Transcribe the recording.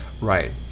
Right